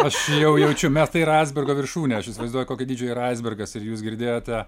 aš jau jauzčiu mes tai yra aisbergo viršūnė aš įsivaizduoju kokio dydžio yra aisbergas ir jūs girdėjote